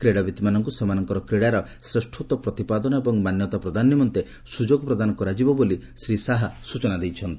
କ୍ରୀଡାବିତ୍ମାନଙ୍କୁ ସେମାନଙ୍କର କ୍ରୀଡାର ଶ୍ରେଷତ୍ୱ ପ୍ରତିପାଦନ ଏବଂ ମାନ୍ୟତା ପ୍ରଦାନ ନିମନ୍ତେ ସୁଯୋଗ ପ୍ରଦାନ କରାଯିବ ବୋଲି ଶ୍ରୀ ଶାହା ସ୍କଚନା ଦେଇଛନ୍ତି